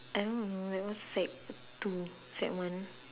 I don't know I was sec two sec one